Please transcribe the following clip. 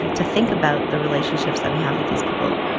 to think about the relationships that we have with these people